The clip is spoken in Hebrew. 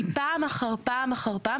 היא פעם אחר פעם אחר פעם,